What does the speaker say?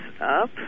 up